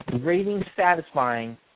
rating-satisfying